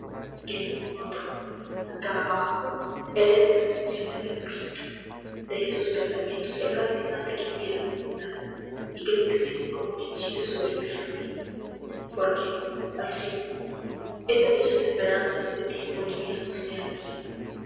que ningún otro acá abajo herede esta visión de mi espíritu de esos pensamientos que a cada instante quisiera dominar y que se extienden como un hechizo sobre mi alma porque al fin esa brillante esperanza y ese tiempo liviano se han ido